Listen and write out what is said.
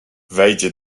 wejdzie